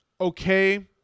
okay